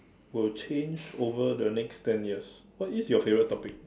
will change over the next ten years what is your favorite topic